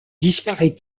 disparait